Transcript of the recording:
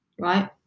right